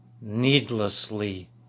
needlessly